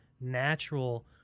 natural